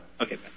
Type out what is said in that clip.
Okay